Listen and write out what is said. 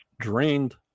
Drained